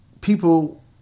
people